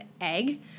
egg